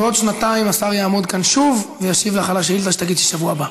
בעוד שנתיים השר יעמוד כאן שוב וישיב לך על השאילתה שתגישי בשבוע הבא.